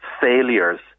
failures